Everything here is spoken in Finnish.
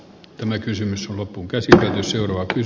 tämä kysymys loppukesinä jos euroa ys